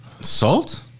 Salt